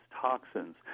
toxins